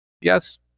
Yes